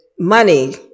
money